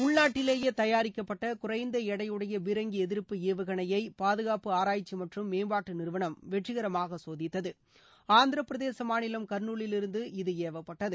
உள்நாட்டிலேயே தயாரிக்கப்பட்ட குறைந்த எடையுடைய பீரங்கி எதிர்ப்பு ஏவுகணையை பாதுகாப்பு ஆராய்ச்சி மற்றும் மேம்பாட்டு நிறுவனம் வெற்றிகரமாக சோதித்தது ஆந்திரப்பிரதேச மாநிலம் கா்நூலிலிருந்து இது இவப்பட்டது